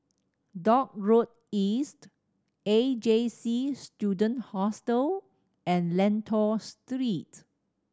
Dock Road East A J C Student Hostel and Lentor Street